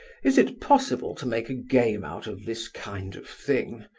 is it possible to make a game out of this kind of thing?